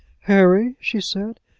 harry, she said,